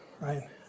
right